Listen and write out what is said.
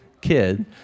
kid